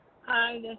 Hi